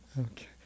Okay